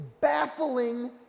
baffling